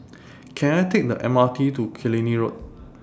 Can I Take The M R T to Killiney Road